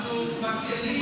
מותרים לכם, מותרים לכם.